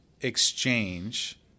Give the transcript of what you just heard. exchange